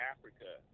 Africa